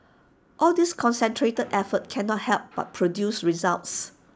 all this concentrated effort cannot help but produce results